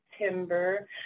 september